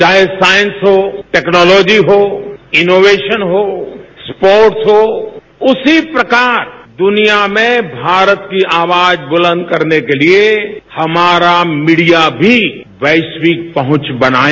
चाहे साइंस हो टैक्नोलॉजी हो इनोवेशन हो स्पोर्ट्स हो उसी प्रकार दुनिया में भारत की आवाज बुलंद करने के लिए हमारा मीडिया भी वैश्विक पहुंच बनाए